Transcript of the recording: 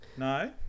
No